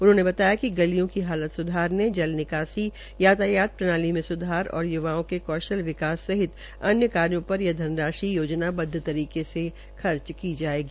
उन्होंने बताया कि गलियों की हालत सुधारने जल निकासी यातायात प्रणाली में सुधार तथा युवाओं के कौशल विकास सहित अन्य कार्यो पर यह धनराशि योजनाबद्व तरीके से खर्च की जायेगी